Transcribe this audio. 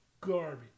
Garbage